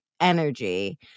energy